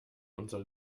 unsere